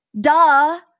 Duh